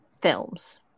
films